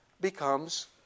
becomes